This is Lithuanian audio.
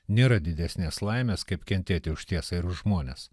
nėra didesnės laimės kaip kentėti už tiesą ir už žmones